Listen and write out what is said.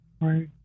Right